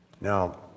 Now